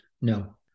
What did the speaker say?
No